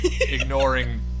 ignoring